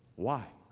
why?